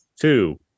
two